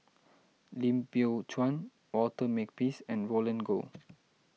Lim Biow Chuan Walter Makepeace and Roland Goh